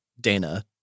Dana